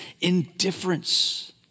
indifference